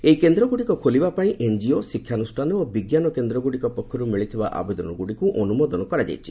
ଏହି କେନ୍ଦ୍ରଗୁଡ଼ିକ ଖୋଲିବା ପାଇଁ ଏନ୍ଜିଓ ଶିକ୍ଷାନୁଷାନ ଓ ବିଜ୍ଞାନ କେନ୍ଦ୍ରଗୁଡ଼ିକ ପକ୍ଷରୁ ମିଳିଥିବା ଆବେଦନଗୁଡ଼ିକୁ ଅନୁମୋଦନ କରାଯାଇଛି